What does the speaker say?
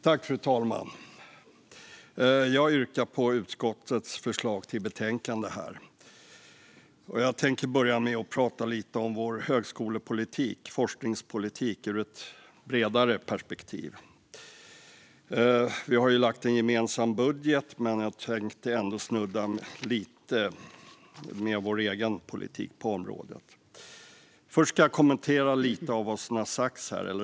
Fru talman! Jag yrkar bifall till utskottets förslag i betänkandet. Jag tänker börja med att prata lite om vår högskolepolitik och forskningspolitik ur ett bredare perspektiv. Vi har lagt fram en gemensam budget, men jag tänkte ändå snudda lite vid vår egen politik på området. Först ska jag kommentera ett par saker som har sagts här.